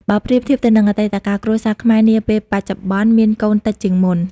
បើប្រៀបធៀបទៅនឹងអតីតកាល គ្រួសារខ្មែរនាពេលបច្ចុប្បន្នមានកូនតិចជាងមុន។